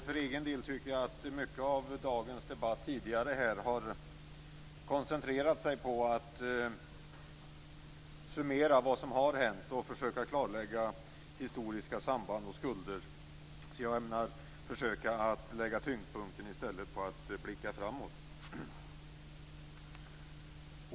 För egen del tycker jag att man i dagens debatt tidigare här i mångt och mycket har koncentrerat sig på att summera vad som har hänt och på att försöka klarlägga historiska samband och skulder. Jag ämnar i stället lägga tyngdpunkten på att blicka framåt.